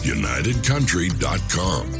unitedcountry.com